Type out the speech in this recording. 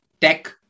tech